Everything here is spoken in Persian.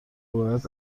باید